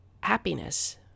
happiness